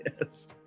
Yes